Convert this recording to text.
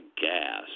gas